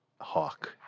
Hawk